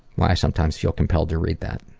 like i sometimes feel compelled to read that.